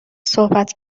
صحبت